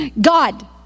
God